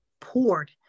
poured